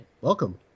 Welcome